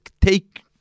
take